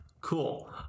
cool